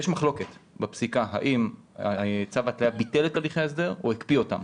בפסיקה יש מחלוקת האם צו ההתליה ביטל את הליכי ההסדר או הקפיא אותם.